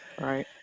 Right